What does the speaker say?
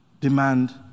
demand